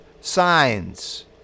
signs